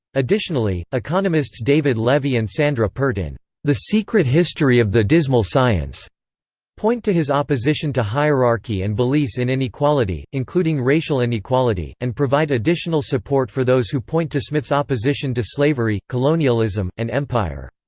additionally, economists david levy and sandra peart in the secret history of the dismal science point to his opposition to hierarchy and beliefs in inequality, including racial inequality, and provide additional support for those who point to smith's opposition to slavery, colonialism, and empire.